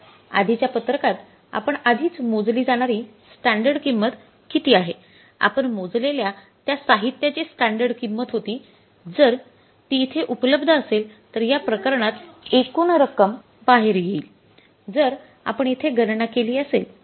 आधीच्या पत्रकात आपण आधीच मोजली जाणारी स्टॅंडर्ड किंमत किती आहे आपण मोजलेल्या त्या साहित्याची स्टॅंडर्ड किंमत होती जर ती येथे उपलब्ध असेल तर या प्रकरणात एकूण रक्कम बाहेर येईल जर आपण येथे गणना केली असेल